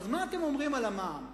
אז מה אתם אומרים על המע"מ?